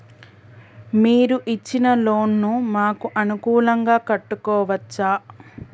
మీరు ఇచ్చిన లోన్ ను మాకు అనుకూలంగా కట్టుకోవచ్చా?